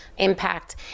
impact